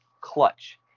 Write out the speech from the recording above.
clutch